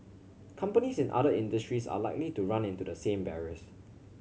companies in other industries are likely to run into the same barriers